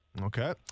Okay